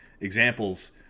examples